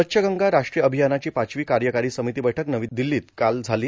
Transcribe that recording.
स्वच्छ गंगा राष्ट्रीय अभियानाची पाचवी कार्यकारी समिती बैठक नवी दिल्लीत काल झाली